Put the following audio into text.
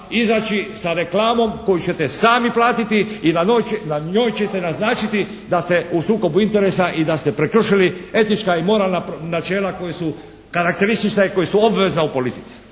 izaći sa reklamom koju ćete sami platiti i na njoj ćete naznačiti da ste u sukobu interesa i da ste prekršili etička i moralna načela koja su karakteristična i koja su obvezna u politici.